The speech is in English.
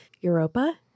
Europa